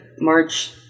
March